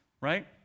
right